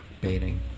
baiting